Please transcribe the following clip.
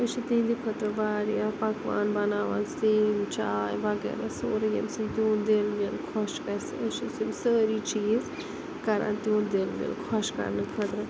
أسۍ چھِ تہندٕ خٲطرٕ واریاہ پَکوان بَناوان سِنۍ چاے وَغیرہ ییٚمہِ سۭتۍ تِہُنٛد دِل وِل خۄش گَژھِ أسۍ چھِ تِم سٲری چیٖز کران تِہُنٛد دِل وِل خۄش کَرنہ خٲطرٕ